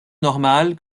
normal